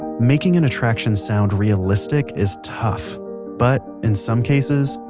making an attraction sound realistic is tough but in some cases,